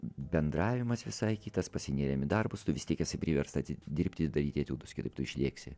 bendravimas visai kitas pasinėrėm į darbus tu vis tiek esi priversta atidirbti daryti etiudus kitaip tu išlėksi